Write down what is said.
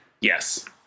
Yes